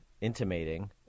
intimating